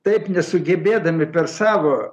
taip nesugebėdami per savo